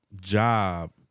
job